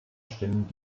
stimmen